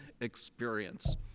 experience